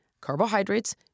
carbohydrates